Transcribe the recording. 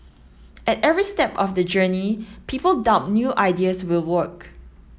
at every step of the journey people doubt new ideas will work